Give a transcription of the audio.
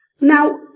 Now